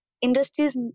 industries